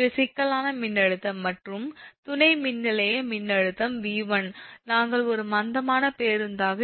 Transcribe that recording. இவை சிக்கலான மின்னழுத்தம் மற்றும் துணை மின்நிலைய மின்னழுத்தம் 𝑉1 நாங்கள் ஒரு மந்தமான பேருந்தாக